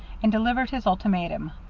and delivered his ultimatum.